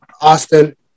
Austin